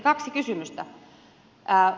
kaksi kysymystä